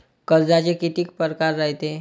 कर्जाचे कितीक परकार रायते?